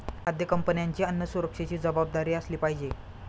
खाद्य कंपन्यांची अन्न सुरक्षेची जबाबदारी असली पाहिजे